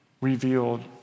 revealed